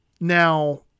Now